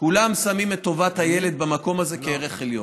כולם שמים את טובת הילד במקום הזה כערך עליון.